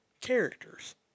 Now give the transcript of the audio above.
characters